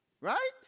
Right